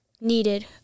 needed